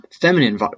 feminine